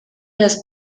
has